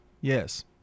Yes